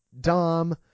Dom